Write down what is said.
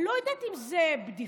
אני לא יודעת אם זו בדיחה